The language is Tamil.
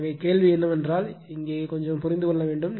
எனவே கேள்வி என்னவென்றால் இங்கே கொஞ்சம் புரிந்து கொள்ள வேண்டும்